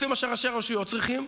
לפי מה שראשי הרשויות צריכים.